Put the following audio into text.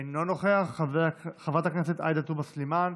אינו נוכח, חברת הכנסת עאידה תומא סלימאן,